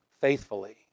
faithfully